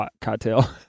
cocktail